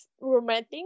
romantic